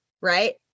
right